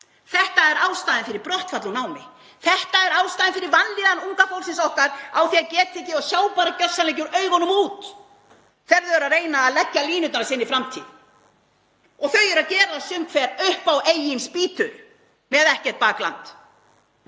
Þetta er ástæðan fyrir brottfalli úr námi. Þetta er ástæðan fyrir vanlíðan unga fólksins okkar, að geta ekki og sjá bara gjörsamlega ekki úr augunum út þegar þau eru að reyna að leggja línurnar að sinni framtíð. Þau eru að gera það sum hver upp á eigin spýtur með ekkert bakland.